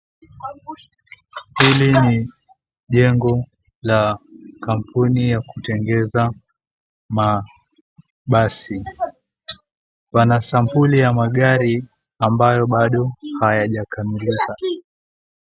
Hili ni jengo la kampuni ya kutengeneza mabasi. Wana sampuli ya magari ambayo bado hayajakamilika.